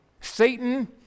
Satan